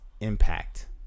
impact